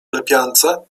lepiance